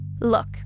Look